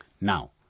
Now